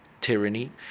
tyranny